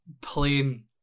plain